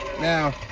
Now